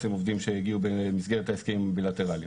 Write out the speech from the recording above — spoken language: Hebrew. הם עובדים שהגיעו במסגרת ההסכם הבילטרלי.